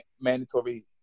mandatory